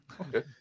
Okay